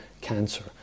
cancer